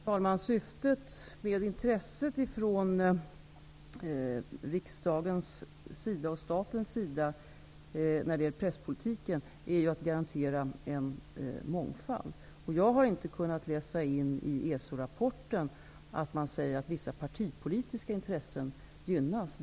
Herr talman! Syftet med intresset från riksdagens och statens sida när det gäller presspolitiken är att garantera en mångfald. Jag har inte kunnat läsa ut av ESO-rapporten att vissa partipolitiska intressen gynnas.